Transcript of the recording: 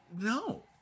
no